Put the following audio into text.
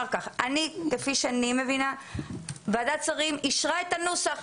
כפי שאני מבינה, ועדת שרים אישרה את הנוסח.